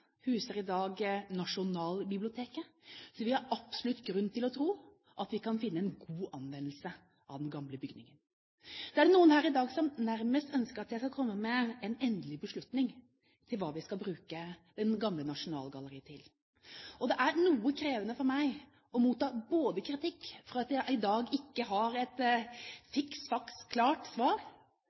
huser i dag Nasjonalbiblioteket. Vi har absolutt grunn til å tro at vi kan finne en god anvendelse av den gamle bygningen. Så er det noen her i dag som nærmest ønsker at jeg skal komme med en endelig beslutning om hva vi skal bruke det gamle Nasjonalgalleriet til. Det er noe krevende for meg å motta kritikk både for at jeg i dag ikke har et fiks faks klart svar